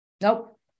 Nope